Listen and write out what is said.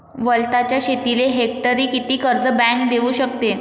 वलताच्या शेतीले हेक्टरी किती कर्ज बँक देऊ शकते?